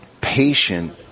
patient